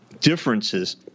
differences